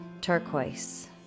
turquoise